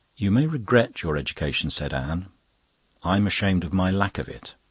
you may regret your education, said anne i'm ashamed of my lack of it.